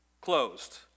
closed